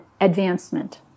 advancement